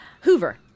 Hoover